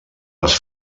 les